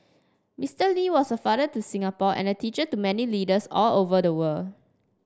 Mister Lee was a father to Singapore and teacher to many leaders all over the world